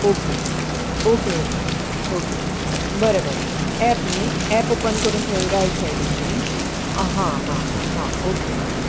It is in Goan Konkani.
ओके ओके ओके ओके बरें बरें एप न्ही एप ओपन करून थंय रायट सायडीन न्ही हां हां हां ओके ओके